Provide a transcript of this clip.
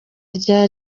rya